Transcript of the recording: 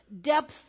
depth